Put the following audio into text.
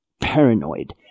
paranoid